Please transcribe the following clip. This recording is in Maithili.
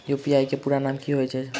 यु.पी.आई केँ पूरा नाम की होइत अछि?